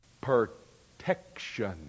Protection